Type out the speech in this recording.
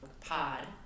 pod